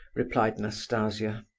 replied nastasia.